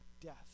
death